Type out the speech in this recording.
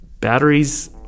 batteries